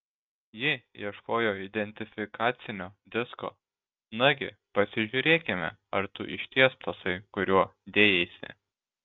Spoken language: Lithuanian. ji ieškojo identifikacinio disko nagi pasižiūrėkime ar tu išties tasai kuriuo dėjaisi